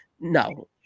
no